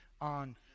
on